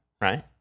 right